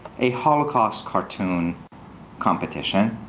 a holocaust cartoon competition,